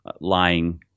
lying